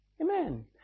Amen